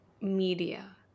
media